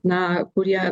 na kurie